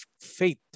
faith